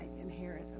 inherit